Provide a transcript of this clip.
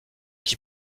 qui